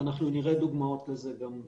ואנחנו נראה דוגמאות לזה גם בהמשך.